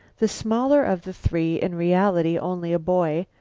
the smaller of the three, in reality only a boy,